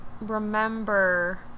Remember